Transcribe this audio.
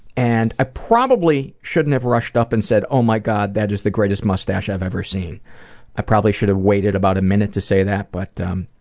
and i probably shouldn't have rushed up and said oh my god, that is the greatest moustache i've ever seen i probably should have waited about a minute to say that, but